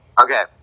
Okay